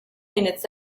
minutes